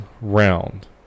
round